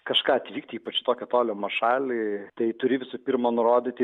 kažką atvykti ypač į tokią tolimą šalį tai turi visų pirma nurodyti